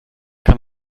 kann